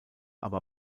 aber